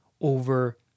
over